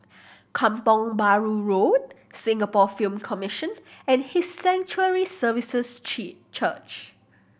Kampong Bahru Road Singapore Film Commission and His Sanctuary Services Church